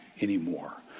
anymore